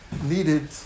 needed